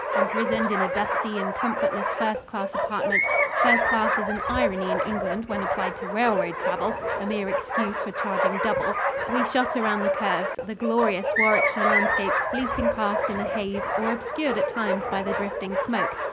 imprisoned in a dusty and comfortless first-class apartment first-class is an irony in england when applied to railroad travel, a mere excuse for charging double we shot around the curves, the glorious warwickshire landscapes fleeting past in a haze or obscured at times by the drifting smoke.